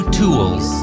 tools